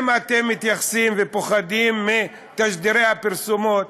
אם אתם מתייחסים ופוחדים מתשדירי הפרסומות,